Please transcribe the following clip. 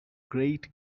great